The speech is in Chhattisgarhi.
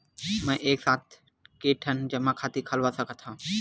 मैं एक साथ के ठन जमा खाता खुलवाय सकथव?